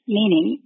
meaning